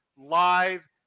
live